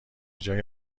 جای